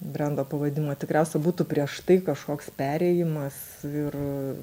brendo pavadinimo tikriausiai būtų prieš tai kažkoks perėjimas ir